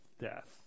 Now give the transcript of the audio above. death